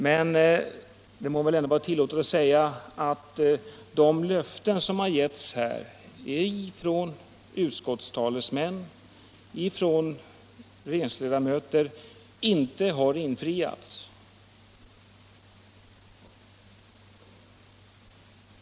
Men det må ändå vara tillåtet att säga att de löften som givits här från utskottstalesmän och från regeringsledamöter inte har infriats.